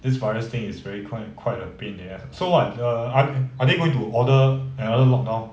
this virus thing is very quit~ quite a pain in the ass so what the are are they going to order another lockdown